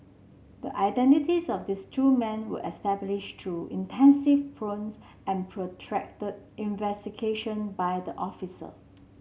the identities of these two men were established through intensive probes and protracted investigation by the officer